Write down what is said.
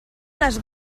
les